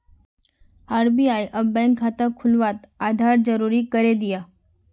RBI अब bank खाता खुलवात आधार ज़रूरी करे दियाः